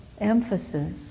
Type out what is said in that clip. emphasis